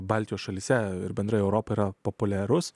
baltijos šalyse ir bendrai europoje yra populiarus